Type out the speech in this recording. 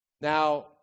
Now